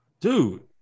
dude